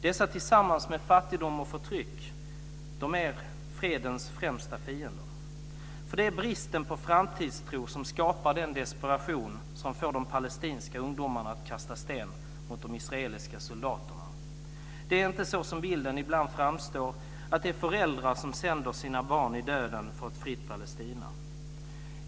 Dessa tillsammans med fattigdom och förtryck är fredens främsta fiender. Det är bristen på framtidstro som skapar den desperation som får de palestinska ungdomarna att kasta sten mot de israeliska soldaterna. Det är inte så som bilden ibland framstår att det är föräldrar som sänder sina barn i döden för ett fritt Palestina.